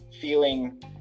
feeling